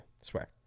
swear